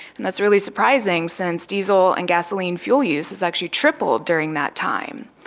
and that's really surprising since diesel and gasoline fuel use has actually tripled during that time.